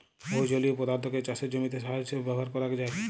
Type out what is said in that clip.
বহু জলীয় পদার্থকে চাসের জমিতে সার হিসেবে ব্যবহার করাক যায়